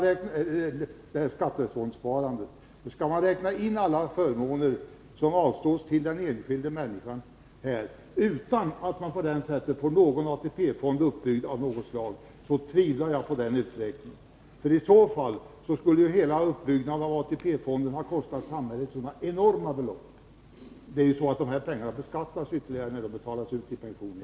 Räknar man in alla förmåner som den enskilda människan här har utan att man på det sättet får någon ATP-fond av något slag uppbyggd tvivlar jag på att man kommer fram till det. I så fall skulle hela uppbyggnaden av ATP-fonden ha kostat samhället enorma belopp. Pengarna beskattas dessutom när de betalas ut i pension.